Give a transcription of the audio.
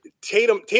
Tatum